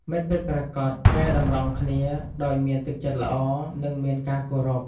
មិត្តពិតប្រាកដកែតម្រង់គ្នា ដោយមានទឹកចិត្តល្អ និងមានការគោរព។